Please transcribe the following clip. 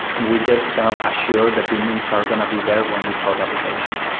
we just kind of assure the bindings are going to be there when we call the application.